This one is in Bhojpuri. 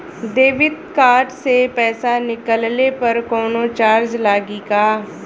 देबिट कार्ड से पैसा निकलले पर कौनो चार्ज लागि का?